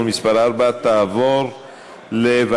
מס' 4) (תקופת אשפוז או טיפול מרבית),